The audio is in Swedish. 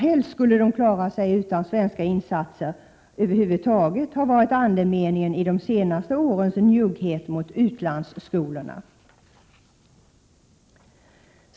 Helst skulle de klara sig utan svenska insatser över huvud taget — det har varit andemeningen i de senaste årens njugghet mot utlandsskolorna.